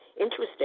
Interesting